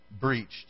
breached